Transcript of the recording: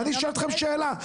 ואני שואל אתכם שאלה,